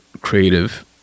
creative